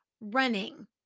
running